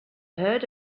heard